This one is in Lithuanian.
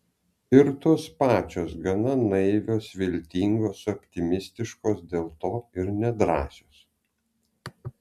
ir tos pačios gana naivios viltingos optimistiškos dėl to ir nedrąsios